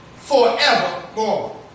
forevermore